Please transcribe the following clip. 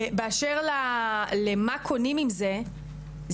באשר למה קונים עם זה,